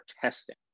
testing